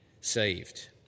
saved